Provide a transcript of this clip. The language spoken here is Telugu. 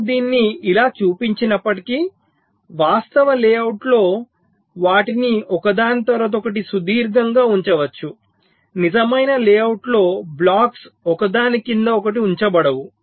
నేను దీన్ని ఇలా చూపించినప్పటికీ వాస్తవ లేఅవుట్లో వాటిని ఒకదాని తరువాత ఒకటి సుదీర్ఘంగా ఉంచవచ్చు నిజమైన లేఅవుట్లో బ్లాక్స్ ఒకదాని క్రింద ఒకటి ఉంచబడవు